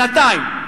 שנתיים.